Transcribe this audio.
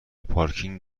پارکینگ